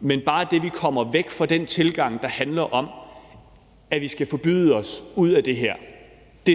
men bare det, at vi kommer væk fra den tilgang, der handler om, at vi skal forbyde os ud af det her,